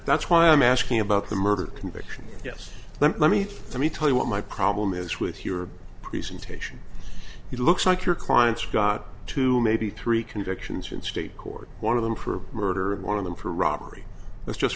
that's why i'm asking about the murder conviction yes let me let me tell you what my problem is with your presentation he looks like your clients got two maybe three convictions in state court one of them for murder and one of them for robbery let's just